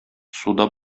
суда